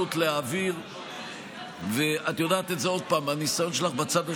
עוד פעם, את יודעת את זה מהניסיון שלך בצד השני: